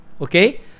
okay